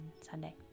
Sunday